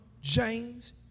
James